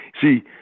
See